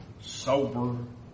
sober